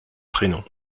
prénom